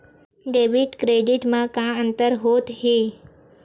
Debit credit मा का अंतर होत हे?